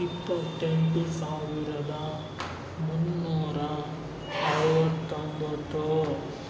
ಇಪ್ಪತ್ತೆಂಟು ಸಾವಿರದ ಮುನ್ನೂರ ಐವತ್ತೊಂಬತ್ತು